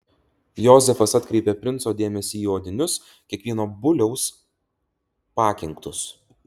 jozefas atkreipė princo dėmesį į odinius kiekvieno buliaus pakinktus